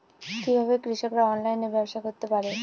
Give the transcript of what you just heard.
কিভাবে কৃষকরা অনলাইনে ব্যবসা করতে পারে?